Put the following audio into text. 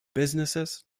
businesses